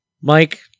Mike